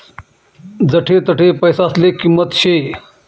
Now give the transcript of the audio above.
जठे तठे पैसासले किंमत शे